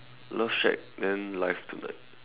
love shack then live tonight